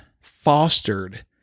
fostered